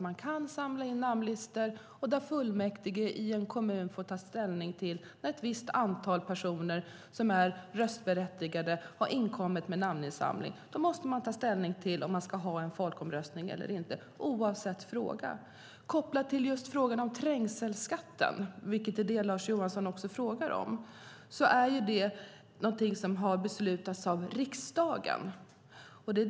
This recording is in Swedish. Man kan samla in namn, och när en namnlista med ett visst antal röstberättigade personer inkommit måste fullmäktige i en kommun ta ställning till om det ska hållas en folkomröstning eller inte, detta oavsett fråga. När det gäller just trängselskatten, som Lars Johansson frågar om, har den beslutats av riksdagen.